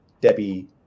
debbie